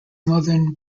northern